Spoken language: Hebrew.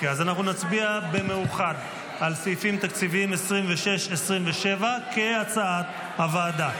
אז אנחנו נצביע במאוחד על סעיפים תקציביים 26 27 כהצעת הוועדה.